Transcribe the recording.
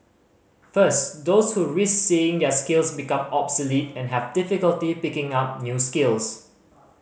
first those who risk seeing their skills become obsolete and have difficulty picking up new skills